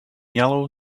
yellow